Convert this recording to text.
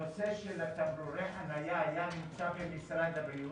הנושא של תמרורי חניה היה נמצא במשרד הבריאות.